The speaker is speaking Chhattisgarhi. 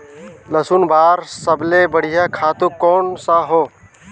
लसुन बार सबले बढ़िया खातु कोन सा हो?